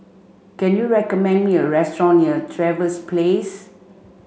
can you recommend me a restaurant near Trevose Place